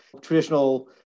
traditional